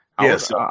Yes